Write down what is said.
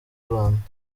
rwanda